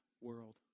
world